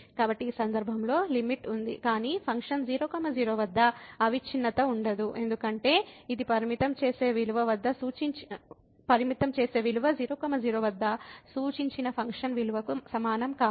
కాబట్టి ఈ సందర్భంలో లిమిట్ ఉంది కానీ ఫంక్షన్ 00 వద్ద అవిచ్ఛిన్నత ఉండదు ఎందుకంటే ఇది పరిమితం చేసే విలువ 00 వద్ద సూచించిన ఫంక్షన్ విలువకు సమానం కాదు